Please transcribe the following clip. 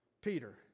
Peter